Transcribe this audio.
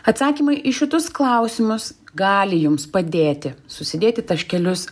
atsakymai į šitus klausimus gali jums padėti susidėti taškelius